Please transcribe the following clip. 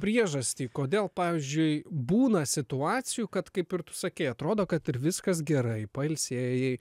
priežastį kodėl pavyzdžiui būna situacijų kad kaip ir tu sakei atrodo kad ir viskas gerai pailsėjai